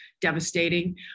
devastating